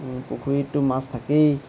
পুখুৰীততো মাছ থাকেই